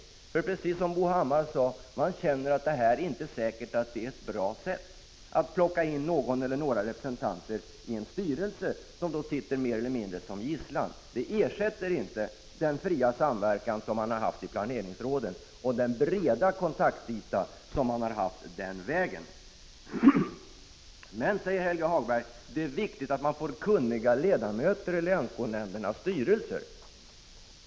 Man känner, precis som Bo Hammar sade, att det inte är säkert att det är bra att plocka in någon eller några representanter i en styrelse, som sitter mer eller mindre som gisslan. Det ersätter inte den fria samverkan och den breda kontaktyta som man har haft i planeringsråden. Helge Hagberg säger vidare att det är viktigt att få kunniga ledamöter till länsskolnämndernas styrelser.